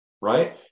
right